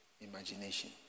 imagination